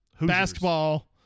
basketball